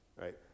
right